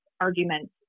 arguments